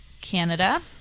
Canada